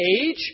age